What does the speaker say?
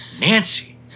Nancy